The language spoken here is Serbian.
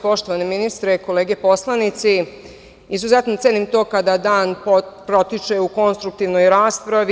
Poštovani ministre, kolege poslanici, izuzetno cenim to kada dan protiče u konstruktivnoj raspravi.